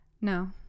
No